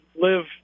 live